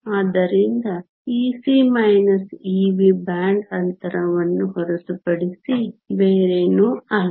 ಆದ್ದರಿಂದ Ec Ev band ಅಂತರವನ್ನು ಹೊರತುಪಡಿಸಿ ಬೇರೇನೂ ಅಲ್ಲ